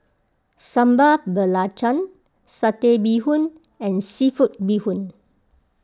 Sambal Belacan Satay Bee Hoon and Seafood Bee Hoon